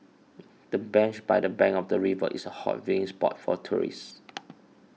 the bench by the bank of the river is a hot viewing spot for tourists